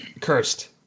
cursed